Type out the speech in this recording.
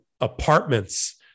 apartments